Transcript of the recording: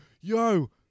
yo